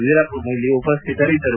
ವೀರಪ್ಪಮೊಯ್ಲಿ ಉಪಸ್ವಿತರಿದ್ದರು